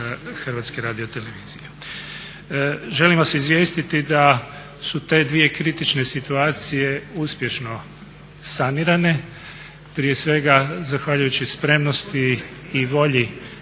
Hrvatske radiotelevizije. Želim vas izvijestiti da su te dvije kritične situacije uspješno sanirane. Prije svega zahvaljujući spremnosti i volji